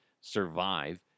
survive